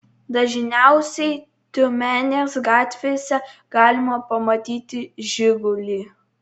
dažniausiai tiumenės gatvėse galima pamatyti žigulį